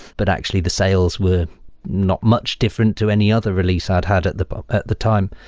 but actually, the sales were not much different to any other release i'd had at the but at the time.